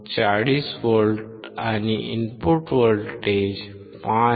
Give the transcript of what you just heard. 40 volt आणि input voltage 5